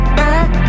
back